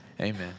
Amen